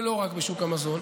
ולא רק בשוק המזון,